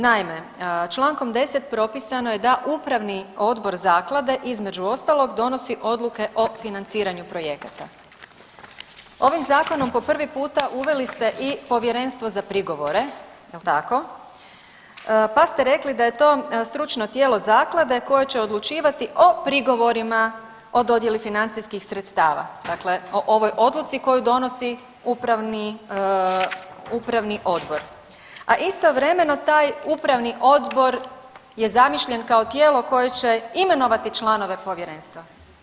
Naime, čl. 10.propisano je da upravni odbor zaklade između ostalog donosi odluke o financiranju projekata, ovim zakonom po prvi put uveli ste i Povjerenstvo za prigovore jel tako, pa ste rekli da je to stručno tijelo zaklade koje će odlučivati o prigovorima o dodjeli financijskih sredstava, dakle o ovoj odluci koju donosi upravni odbor, a istovremeno taj upravni odbor je zamišljen kao tijelo koje će imenovati članove povjerenstva.